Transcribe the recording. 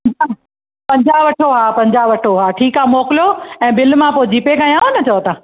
ठीकु आहे पंजाहु वठो आ पंजाहु वठो आ ठीकु आहे मोकिलियो ऐं बिल मां जीपे कयांव न चओ था